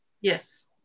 Yes